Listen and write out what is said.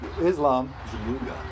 Islam